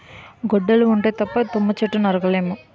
గొడ్డలి ఉంటే తప్ప తుమ్మ చెట్టు నరక లేము